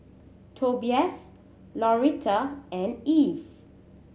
Tobias Lauretta and Eve